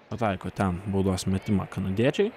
pataiko ten baudos metimą kanadiečiai